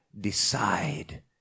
decide